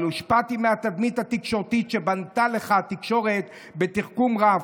אבל הושפעתי מהתדמית התקשורתית שבנתה לך התקשורת בתחכום רב.